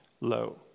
low